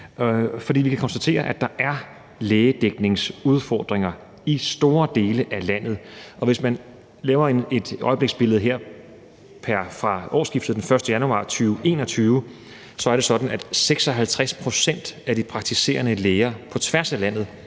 For vi kan konstatere, at der er lægedækningsudfordringer i store dele af landet, og hvis man tager et øjebliksbillede her fra ved årsskiftet, pr. 1. januar 2021, så er det sådan, at 56 pct. af de praktiserende læger på tværs af landet